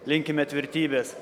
linkime tvirtybės